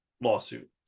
lawsuit